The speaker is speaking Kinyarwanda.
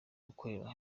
gukorera